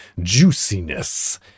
juiciness